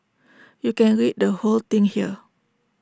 you can read the whole thing here